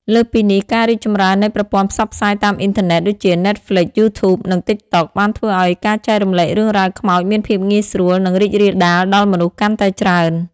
លើសពីនេះ ការរីកចម្រើននៃ ប្រព័ន្ធផ្សព្វផ្សាយតាមអ៊ីនធឺណិត ដូចជា Netflix, YouTube និង Tik Tok បានធ្វើឱ្យការចែករំលែករឿងរ៉ាវខ្មោចមានភាពងាយស្រួលនិងរីករាលដាលដល់មនុស្សកាន់តែច្រើន។